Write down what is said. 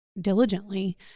diligently